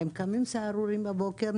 הם קמים סהרוריים בבוקר,